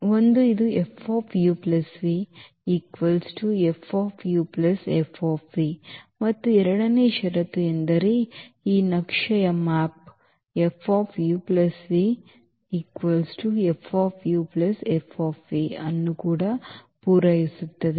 ಒಂದು ಇದು ಮತ್ತು ಎರಡನೇ ಷರತ್ತು ಎಂದರೆ ಈ ನಕ್ಷೆಯು ಅನ್ನು ಕೂಡ ಪೂರೈಸುತ್ತದೆ